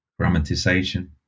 grammatization